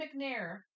McNair